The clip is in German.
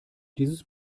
dieses